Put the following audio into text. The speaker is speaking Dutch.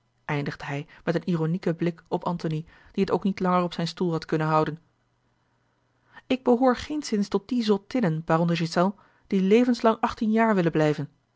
eindigde hij met een ironieken blik op antony die het ook niet langer op zijn stoel had kunnen houden ik behoor geenszins tot die zottinnen baron de ghiselles die levenslang achttien jaar willen blijven